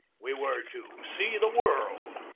we were to see the world.